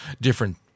different